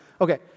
Okay